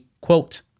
quote